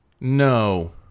no